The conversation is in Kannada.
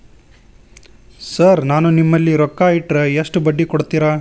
ಸರ್ ನಾನು ನಿಮ್ಮಲ್ಲಿ ರೊಕ್ಕ ಇಟ್ಟರ ಎಷ್ಟು ಬಡ್ಡಿ ಕೊಡುತೇರಾ?